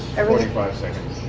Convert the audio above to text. forty five seconds.